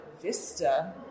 vista